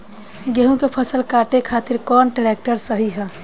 गेहूँ के फसल काटे खातिर कौन ट्रैक्टर सही ह?